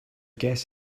guests